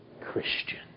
Christian